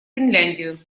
финляндию